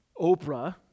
Oprah